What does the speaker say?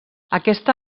aquesta